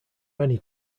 many